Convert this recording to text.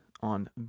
on